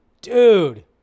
Dude